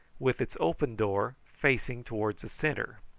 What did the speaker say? with its open door facing towards the centre.